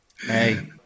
Hey